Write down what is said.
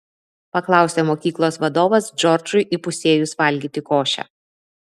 paklausė mokyklos vadovas džordžui įpusėjus valgyti košę